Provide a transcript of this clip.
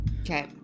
Okay